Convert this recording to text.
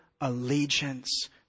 allegiance